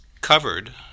covered